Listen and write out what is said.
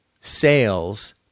sales